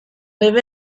live